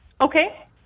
Okay